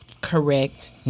correct